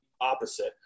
opposite